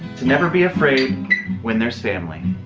to never be afraid when there's family.